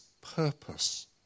purpose